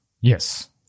Yes